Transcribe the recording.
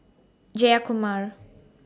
Jayakumar